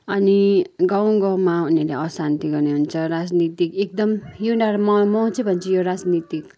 अनि गाउँ गाउँमा उनीहरूले अशान्ति गर्ने हुन्छ र राजनीति एकदम यिनीहरू म म चाहिँ भन्छु यो राजनीति